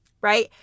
right